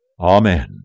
Amen